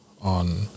on